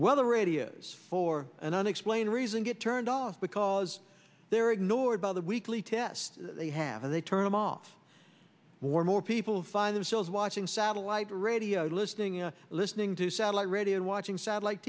radios for an unexplained reason get turned off because they're ignored by the weekly test they have and they turn him off more and more people find themselves watching satellite radio listening and listening to satellite radio and watching satellite